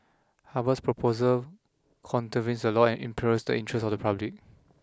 Harvard's proposal contravenes the law and imperils the interest of the public